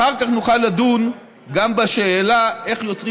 אחר כך נוכל לדון גם בשאלה איך יוצרים